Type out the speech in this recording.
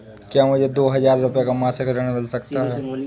क्या मुझे दो हजार रूपए का मासिक ऋण मिल सकता है?